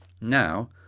Now